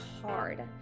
hard